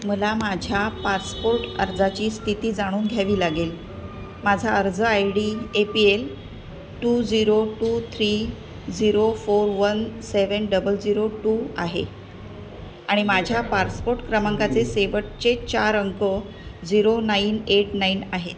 मला माझ्या पासपोर्ट अर्जाची स्थिती जाणून घ्यावी लागेल माझा अर्ज I D A P L two zero two three zero four one seven double zero two आहे आणि माझ्या पासपोर्ट क्रमांकाचे शेवटचे चार अंक झिरो नाईन एट नाईन आहे